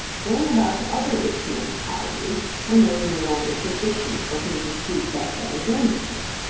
going about to other rich men's houses when there is no longer sufficient for him to shoot left on his own estate.